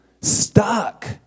stuck